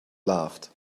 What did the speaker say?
laughed